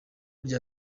rya